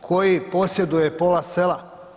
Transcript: koji posjeduje pola sela.